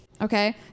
Okay